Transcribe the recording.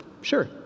Sure